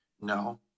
No